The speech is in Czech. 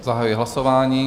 Zahajuji hlasování.